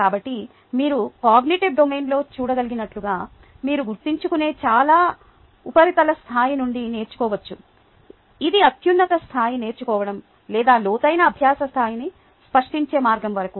కాబట్టి మీరు కొగ్నిటివ్ డొమైన్లో చూడగలిగినట్లుగా మీరు గుర్తుంచుకునే చాలా ఉపరితల స్థాయి నుండి నేర్చుకోవచ్చు ఇది అత్యున్నత స్థాయి నేర్చుకోవడం లేదా లోతైన అభ్యాస స్థాయిని సృష్టించే మార్గం వరకు